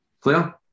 Clear